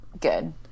Good